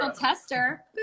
tester